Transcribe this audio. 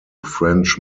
french